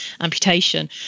amputation